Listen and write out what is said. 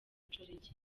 inshoreke